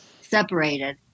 separated